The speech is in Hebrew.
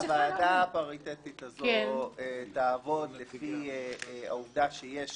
הוועדה הפריטטית הזאת תעבוד לפי העובדה שיש